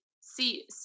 see